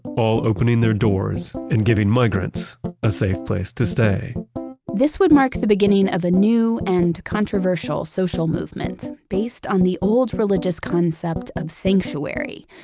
all opening their doors and giving migrants a safe place to stay this would mark the beginning of a new and controversial social movement based on the old religious concept of sanctuary,